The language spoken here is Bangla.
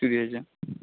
চুরি হয়েছে